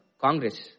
Congress